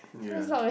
ya